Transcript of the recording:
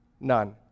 None